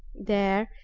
there,